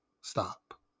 Stop